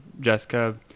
Jessica